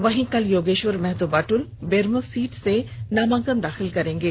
वहीं कल योगेश्वर महतो बाटुल बेरमो सीट से नामांकन दाखिल करेंगे